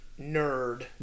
nerd